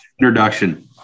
introduction